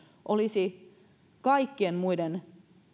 olisi kaikkien muiden